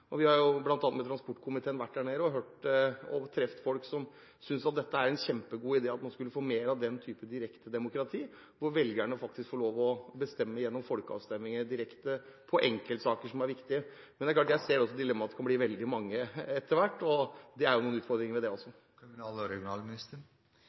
vært der, bl.a. med transportkomiteen, og truffet folk som synes det er en kjempegod idé å få mer av den type direkte demokrati, hvor velgerne faktisk får lov til å bestemme direkte gjennom folkeavstemninger i viktige enkeltsaker. Men det er klart, jeg ser dilemmaet med at det kan bli veldig mange etter hvert. Det er jo noen utfordringer ved det